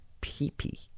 pee-pee